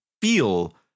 feel